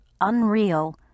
unreal